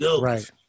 right